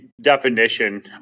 Definition